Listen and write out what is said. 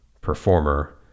performer